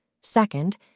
Second